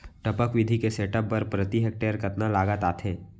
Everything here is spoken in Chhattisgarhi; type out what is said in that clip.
टपक विधि के सेटअप बर प्रति हेक्टेयर कतना लागत आथे?